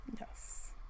Yes